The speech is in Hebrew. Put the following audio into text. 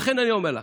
לכן אני אומר לך,